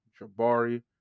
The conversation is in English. Jabari